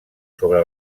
sobre